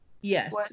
Yes